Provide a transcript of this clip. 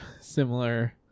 similar